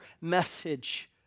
message